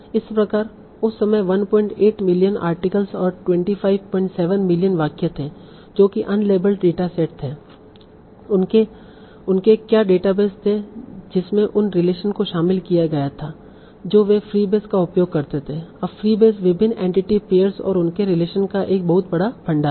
इस प्रकार उस समय 18 मिलियन आर्टिकल्स और 257 मिलियन वाक्य थे जो कि अनलेबल्ड डेटा सेट थे उनके क्या डेटाबेस थे जिसमें उन रिलेशन को शामिल किया गया था जो वे फ्रीबेस का उपयोग करते थे अब फ्रीबेस विभिन्न एंटिटी पेयर्स और उनके रिलेशन का एक बहुत बड़ा भंडार है